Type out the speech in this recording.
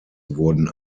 wurden